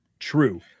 True